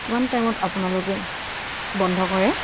কিমান টাইমত আপোনালোকে বন্ধ কৰে